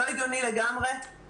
זה לגמרי לא הגיוני.